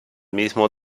mismo